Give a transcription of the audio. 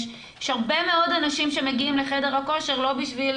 יש הרבה מאוד אנשים שמגיעים לחדר הכושר לא בשביל